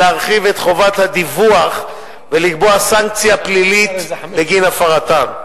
להרחיב את חובות הדיווח ולקבוע סנקציה פלילית בגין הפרתן.